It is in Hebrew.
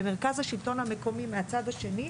ומרכז השלטון המקומי מהצד השני,